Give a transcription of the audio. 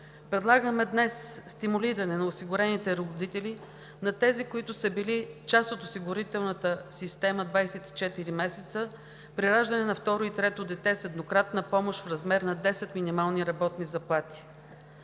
предлагаме стимулиране на осигурените родители – на тези, които са били част от осигурителната система 24 месеца, при раждане на второ и трето дете с еднократна помощ в размер на 10 минимални работни заплати.